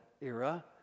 era